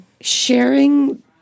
sharing